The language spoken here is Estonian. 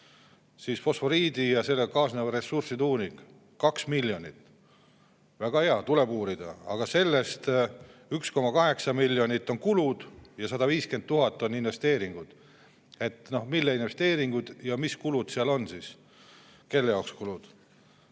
000, fosforiidi ja sellega kaasnevate ressursside uuring, 2 miljonit. Väga hea, tuleb uurida, aga sellest 1,8 miljonit on kulud ja 150 000 on investeeringud. Mille investeeringud ja mis kulud seal on siis, kelle jaoks kulud?